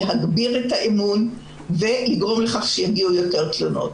היא להגביר את האמון ולגרום לכך שיגיעו יותר תלונות.